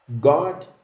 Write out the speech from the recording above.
God